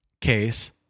case